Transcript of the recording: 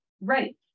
right